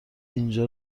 اینجا